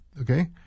Okay